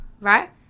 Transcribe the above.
right